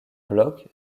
blocs